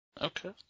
Okay